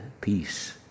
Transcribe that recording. peace